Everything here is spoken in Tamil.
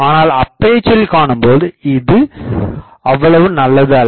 ஆனால் அப்பேசரில் காணும்போது இது அவ்வளவாக நல்லது அல்ல